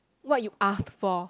what you ask for